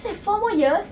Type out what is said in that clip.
is like four more years